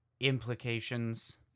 implications